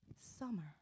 summer